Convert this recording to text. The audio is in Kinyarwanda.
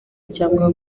cyangwa